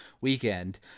weekend